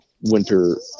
winter